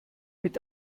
mit